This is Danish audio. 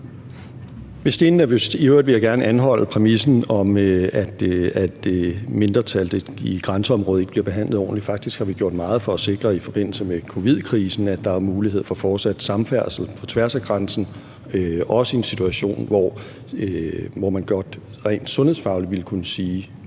(Nick Hækkerup): Jeg vil gerne anholde præmissen om, at mindretallet i grænseområdet ikke bliver behandlet ordentligt. Faktisk har vi i forbindelse med covid-19-krisen gjort meget for at sikre, at der er mulighed for fortsat samfærdsel på tværs af grænsen, også i en situation, hvor man godt rent sundhedsfagligt ville kunne sige,